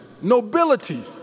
Nobility